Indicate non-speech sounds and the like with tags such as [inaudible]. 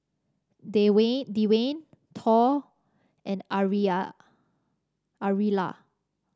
[unintelligible] Dewayne Thor and Aurilla